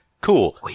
cool